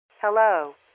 Hello